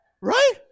Right